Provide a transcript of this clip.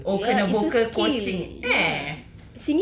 can ke oh kena vocal coaching